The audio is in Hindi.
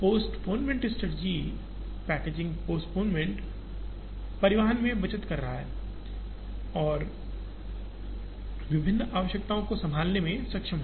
पोस्टपोनमेंट स्ट्रैटेजी पैकेजिंग पोस्टपोनमेंट परिवहन में बचत कर रहा है और विभिन्न आवश्यकताओं को संभालने में सक्षम है